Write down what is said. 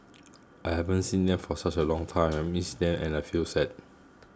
I haven't seen them for such a long time miss them and I feel sad